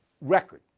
record